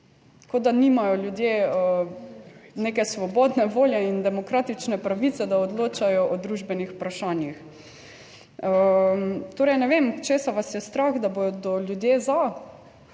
kot da nimajo ljudje neke svobodne volje in demokratične pravice, da odločajo o družbenih vprašanjih. Torej ne vem, česa vas je strah - da bodo ljudje za?